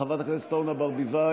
חברת הכנסת אורנה ברביבאי,